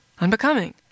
Unbecoming